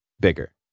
bigger